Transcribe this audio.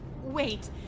Wait